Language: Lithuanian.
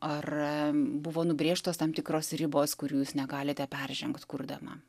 ar buvo nubrėžtos tam tikros ribos kurių jūs negalite peržengt kurdama